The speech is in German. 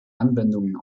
anwendungen